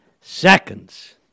seconds